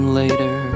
later